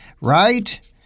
Right